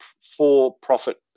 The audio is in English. for-profit